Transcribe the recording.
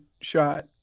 shot